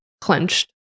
clenched